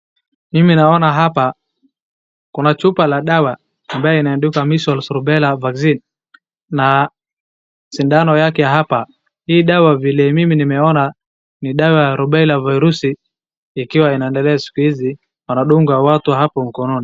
Mimi naona hapa kuna chupa la dawa ambayo imeandikwa measles, rubella vaccine na sindano yake hapa, hi dawa vile mimi nimeona ni dawa ya rubela virusi ikiwa inaendelea siku hizi wanadunga watu hapo mkononi.